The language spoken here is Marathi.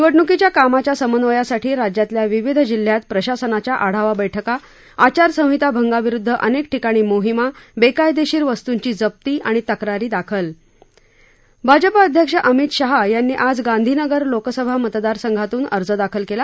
निवडणुकीच्या कामाच्या समन्वयासाठी राज्यातील विविध जिल्ह्यात प्रशासनाच्या आढावा बैठका आचार संहिता भंगाविरुद्ध अनेक ठिकाणी मोहिमा बेकायदेशीर वस्तुंची जप्ती आणि तक्रारी दाखल भाजपा अध्यक्ष अमित शहा यांनी आज गांधीनगर लोकसभा मतदारसंघातून अर्ज दाखल केला